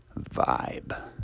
vibe